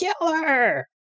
Killer